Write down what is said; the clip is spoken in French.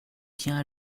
tiens